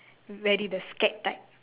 very the scared type